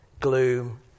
gloom